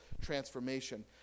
transformation